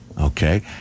okay